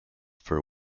for